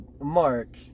Mark